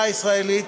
הישראלית,